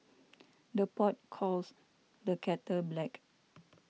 the pot calls the kettle black